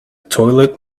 toilet